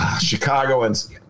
Chicagoans